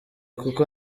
kuko